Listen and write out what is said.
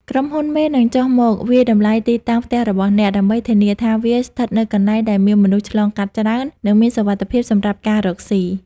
ក្រុមហ៊ុនមេនឹងចុះមក "វាយតម្លៃទីតាំងផ្ទះរបស់អ្នក" ដើម្បីធានាថាវាស្ថិតនៅកន្លែងដែលមានមនុស្សឆ្លងកាត់ច្រើន និងមានសុវត្ថិភាពសម្រាប់ការរកស៊ី។